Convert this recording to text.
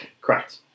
Correct